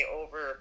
over